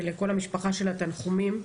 ולכל המשפחה שלה תנחומים.